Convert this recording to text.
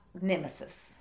nemesis